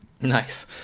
Nice